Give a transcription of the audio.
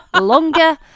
Longer